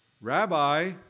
Rabbi